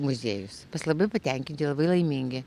muziejus mes labai patenkinti labai laimingi